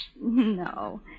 No